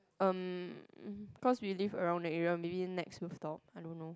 erm cause we live around the area maybe next few stop I don't know